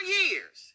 years